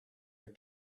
your